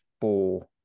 Four